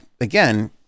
again